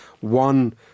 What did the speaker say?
One